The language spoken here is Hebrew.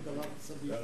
זה דבר סביר.